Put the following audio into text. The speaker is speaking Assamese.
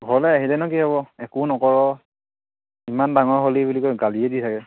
ঘৰলৈ আহিলেনো কি হ'ব একো নকৰ ইমান ডাঙৰ হ'লি বুলি কৈ গালিয়ে দি থাকে